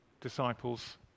disciples